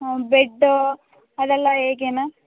ಹಾಂ ಬೆಡ್ಡು ಅದೆಲ್ಲ ಹೇಗೆ ಮ್ಯಾಮ್